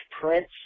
Prince